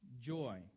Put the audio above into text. joy